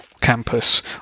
campus